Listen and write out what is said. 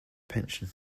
pension